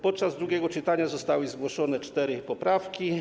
Podczas drugiego czytania zostały zgłoszone cztery poprawki.